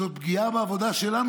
זאת פגיעה בעבודה שלנו.